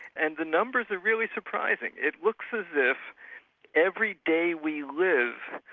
and the numbers are really surprising. it looks as if every day we live,